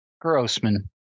Grossman